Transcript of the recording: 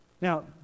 Now